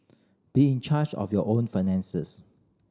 be in charge of your own finances